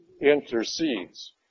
intercedes